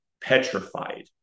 petrified